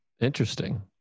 Interesting